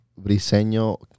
Briseño